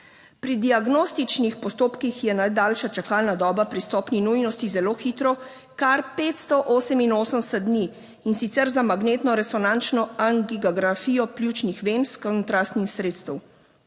Pri diagnostičnih postopkih je najdaljša čakalna doba pri stopnji nujnosti "zelo hitro" kar 588 dni, in sicer za magnetnoresonančno angigagrafijo pljučnih ven s kontrastni sredstev.